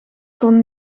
kon